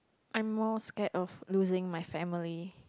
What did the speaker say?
I'm more scared of losing my family